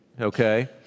okay